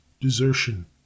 desertion